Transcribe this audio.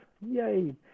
yay